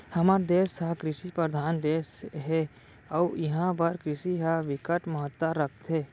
हमर देस ह कृषि परधान देस हे अउ इहां बर कृषि ह बिकट महत्ता राखथे